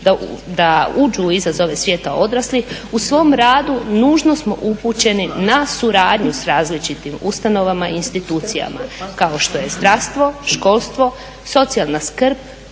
da uđu u izazove svijeta odraslih u svom radu nužno smo upućeni na suradnju s različitim ustanovama i institucijama, kao što je zdravstvo, školstvo, socijalna skrb,